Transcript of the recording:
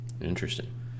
Interesting